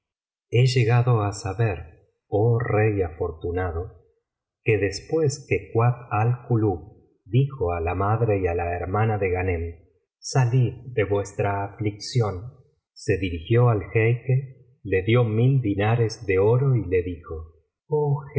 he llegado á saber oh rey afortunado que después que kuat al kulub dijo á la madre y á la hermana de ghanem salid de vuestra aflicción se dirigió al jeique le dio mil dinares de oro y le dijo